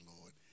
lord